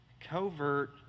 covert